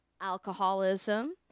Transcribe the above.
alcoholism